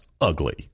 ugly